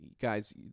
guys